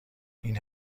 این